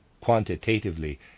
Quantitatively